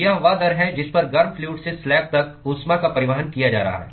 यह वह दर है जिस पर गर्म फ्लूअड से स्लैब तक ऊष्मा का परिवहन किया जा रहा है